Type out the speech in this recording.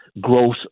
growth